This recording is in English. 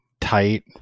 tight